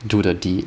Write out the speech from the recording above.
do the deed